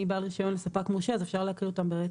הן מ"בעל רישיון" ל"ספק מורשה" אז אפשר להקריא אותן ברצף,